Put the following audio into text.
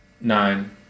nine